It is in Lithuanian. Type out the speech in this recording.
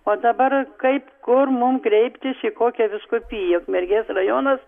o dabar kaip kur mum kreiptis į kokią vyskupiją ukmergės rajonas